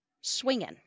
swinging